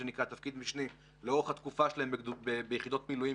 הקורס הזה לוקח חיילים עם ותק במילואים